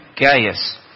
Gaius